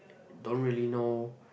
don't really know